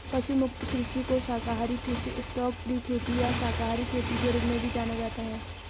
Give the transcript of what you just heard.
पशु मुक्त कृषि को शाकाहारी कृषि स्टॉकफ्री खेती या शाकाहारी खेती के रूप में भी जाना जाता है